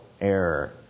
error